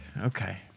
Okay